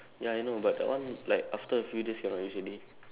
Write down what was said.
ya I know but that one like after a few days cannot use already